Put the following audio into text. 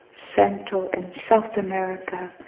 central and south america,